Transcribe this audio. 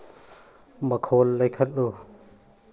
ꯃꯈꯣꯜ ꯂꯩꯈꯠꯂꯨ